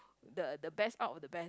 the the best out of the best